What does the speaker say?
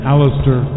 Alistair